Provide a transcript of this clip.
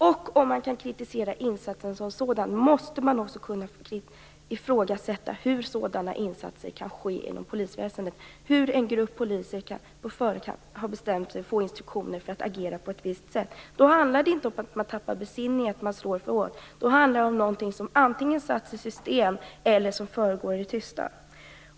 Och om man kan kritisera insatsen som sådan måste man också kunna ifrågasätta hur sådana insatser kan ske inom polisväsendet och hur en grupp poliser kan bestämma sig för att agera på ett visst sätt. Då handlar det inte om att man tappar besinningen och slår för hårt - det handlar om någonting som antingen har satts i system eller som försiggår i det tysta.